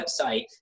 website